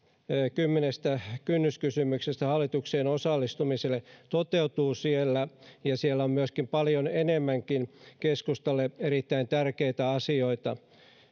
kymmenestä kynnyskysymyksestä hallitukseen osallistumiselle toteutuu siellä ja siellä on myös paljon enemmänkin keskustalle erittäin tärkeitä asioita